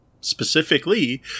specifically